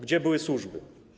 Gdzie były służby?